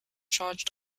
charged